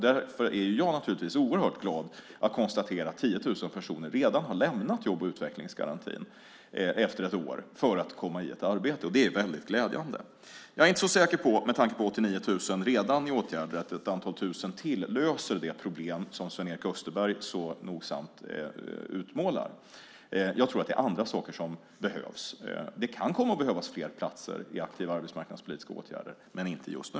Därför är jag naturligtvis oerhört glad att kunna konstatera att 10 000 personer redan efter ett år har lämnat jobb och utvecklingsgarantin för att komma i arbete. Det är väldigt glädjande. Med tanke på att 89 000 redan är i åtgärder är jag inte säker på att ett antal tusen till löser det problem som Sven-Erik Österberg utmålar. Jag tror att det är andra saker som behövs. Det kan komma att behövas fler platser i aktiva arbetsmarknadspolitiska åtgärder, men inte just nu.